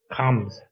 comes